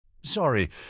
Sorry